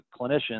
clinicians